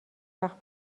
وقت